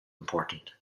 important